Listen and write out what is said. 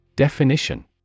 Definition